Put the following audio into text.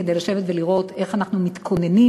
כדי לשבת ולראות איך אנחנו מתכוננים